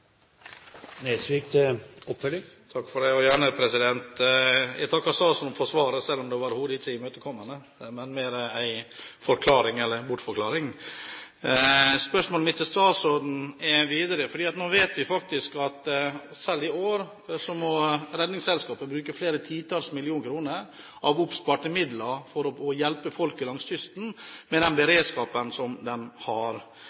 Jeg takker statsråden for svaret, selv om det overhodet ikke var imøtekommende, men mer en forklaring, eller en bortforklaring. Nå vet vi faktisk at selv i år må Redningsselskapet bruke flere titalls millioner kroner av oppsparte midler for å hjelpe folket langs kysten med den beredskapen de har.